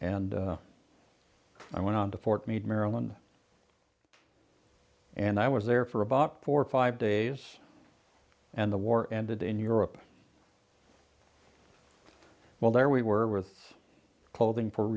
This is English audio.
and i went on to fort meade maryland and i was there for about four or five days and the war ended in europe well there we were with clothing f